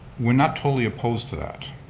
we're not totally opposed to that.